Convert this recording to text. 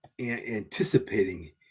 anticipating